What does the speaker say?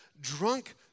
drunk